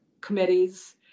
committees